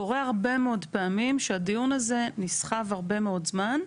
קורה הרבה מאוד פעמים שהדיון הזה נסחב הרבה מאוד זמן.